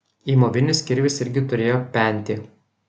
įmovinis kirvis irgi turėjo pentį